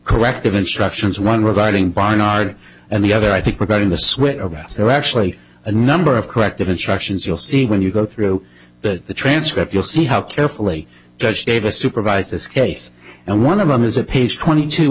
corrective instructions one regarding barnard and the other i think we're going to switch over there actually a number of corrective instructions you'll see when you go through the transcript you'll see how carefully judge davis supervised this case and one of them is a page twenty two